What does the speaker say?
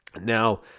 Now